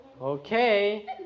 Okay